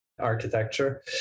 architecture